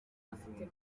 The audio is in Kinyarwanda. afite